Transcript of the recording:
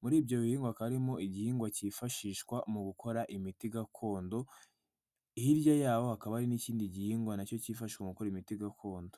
muri ibyo bihingwa hakaba harimo igihingwa kifashishwa mu gukora imiti gakondo, hirya yaho hakaba hari n'ikindi gihingwa nacyo kifashashi mu gukora imiti gakondo.